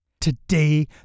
today